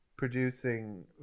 producing